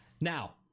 Now